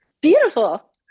beautiful